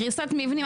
קריסת מבנים,